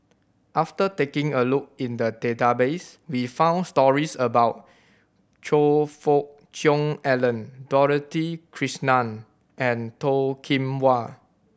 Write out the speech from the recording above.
after taking a look in the database we found stories about Choe Fook Cheong Alan Dorothy Krishnan and Toh Kim Hwa